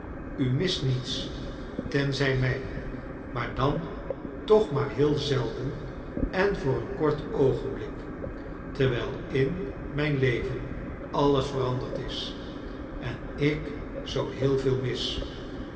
u mist niets tenzij mij maar dan toch maar heel zelden en voor een kort oogenblik terwijl in mijn leven alles veranderd is en ik zoo heel veel mis